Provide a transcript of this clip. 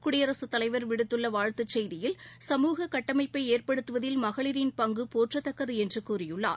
குடியரசுத் தலைவர் விடுத்துள்ள வாழ்த்துச் செய்தியில் சமூக கட்டமைப்பை ஏற்படுத்துவதில் மகளிரின் பங்கு போற்றத்தக்கது என்று கூறியுள்ளார்